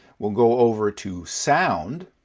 we'll go over to sound